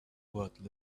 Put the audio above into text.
worth